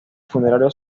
funerario